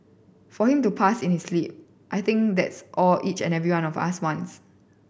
for him to pass in his sleep I think that's all each and every one of us wants